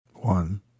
One